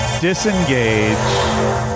Disengage